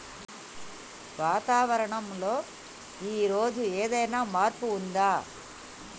వాతావరణం లో ఈ రోజు ఏదైనా మార్పు ఉందా?